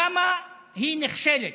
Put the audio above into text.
למה היא נכשלת?